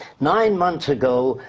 nine months ago,